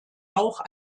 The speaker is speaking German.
auch